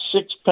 six